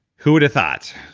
who would've thought?